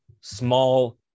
small